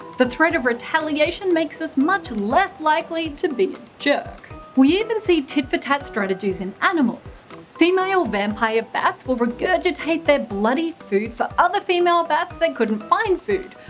the threat of retaliation makes us much less likely to be a jerk. we even see tit-for-tat strategies in animals female vampire bats will regurgitate their bloody food for other female bats that couldn't find food,